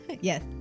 yes